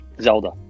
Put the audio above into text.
Zelda